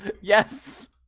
Yes